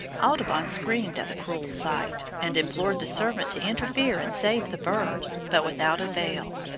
audubon screamed at the cruel sight, and implored the servant to interfere and save the bird, but without avail.